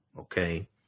okay